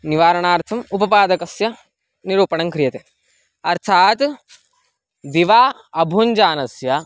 निवारणार्थम् उपपादकस्य निरूपणङ् क्रियते अर्थात् दिवा अभुञ्जानस्य